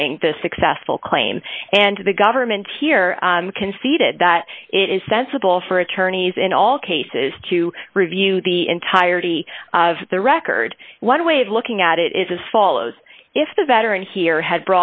bring the successful claim and to the government here conceded that it is sensible for attorneys in all cases to review the entirety of the record one way of looking at it is as follows if the veteran here had